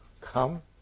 come